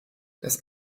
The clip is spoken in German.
das